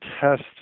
test